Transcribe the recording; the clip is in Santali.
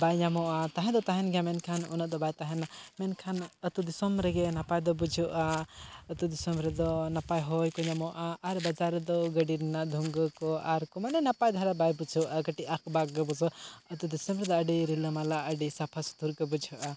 ᱵᱟᱭ ᱧᱟᱢᱚᱜᱼᱟ ᱛᱟᱦᱮᱸ ᱫᱚ ᱛᱟᱦᱮᱱ ᱜᱮᱭᱟ ᱢᱮᱱᱠᱷᱟᱱ ᱩᱱᱟᱹᱜ ᱫᱚ ᱵᱟᱭ ᱛᱟᱦᱮᱱᱟ ᱢᱮᱱᱠᱷᱟᱱ ᱟᱛᱳᱼᱫᱤᱥᱚᱢ ᱨᱮᱜᱮ ᱱᱟᱯᱟᱭ ᱫᱚ ᱵᱩᱡᱷᱟᱹᱜᱼᱟ ᱟᱛᱳᱼᱫᱤᱥᱚᱢ ᱨᱮᱫᱚ ᱱᱟᱯᱟᱭ ᱦᱚᱭ ᱠᱚ ᱧᱟᱢᱚᱜᱼᱟ ᱟᱨ ᱵᱟᱡᱟᱨ ᱨᱮᱫᱚ ᱜᱟᱹᱰᱤ ᱨᱮᱱᱟᱜ ᱫᱷᱩᱸᱜᱟᱹ ᱠᱚ ᱟᱨ ᱢᱟᱱᱮ ᱱᱟᱯᱟᱭ ᱫᱷᱟᱨᱮ ᱵᱟᱭ ᱵᱩᱡᱷᱟᱹᱜᱼᱟ ᱠᱟᱹᱴᱤᱡ ᱟᱠᱼᱵᱟᱠ ᱜᱮ ᱵᱩᱡᱷᱟᱹᱜᱼᱟ ᱟᱛᱳᱼᱫᱤᱥᱚᱢ ᱨᱮᱫᱚ ᱟᱹᱰᱤ ᱨᱤᱞᱟᱹᱢᱟᱞᱟ ᱟᱹᱰᱤ ᱥᱟᱯᱷᱟᱼᱥᱩᱛᱷᱚᱨ ᱜᱮ ᱵᱩᱡᱷᱟᱹᱜᱼᱟ